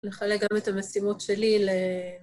לחלק גם את המשימות שלי ל...